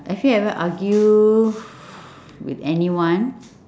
have you ever argue with anyone